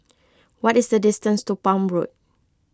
what is the distance to Palm Road